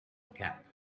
cap